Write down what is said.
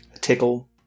tickle